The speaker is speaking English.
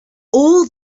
all